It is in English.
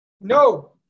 No